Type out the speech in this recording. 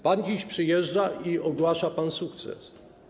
Pan dziś przyjeżdża i ogłasza sukces.